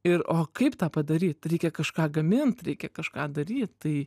ir o kaip tą padaryt reikia kažką gamint reikia kažką daryt tai